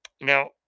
Now